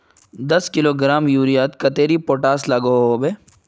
दस किलोग्राम यूरियात कतेरी पोटास लागोहो होबे?